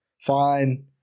Fine